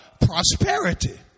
Prosperity